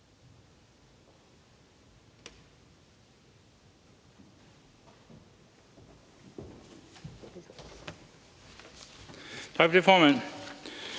Tak for det, formand.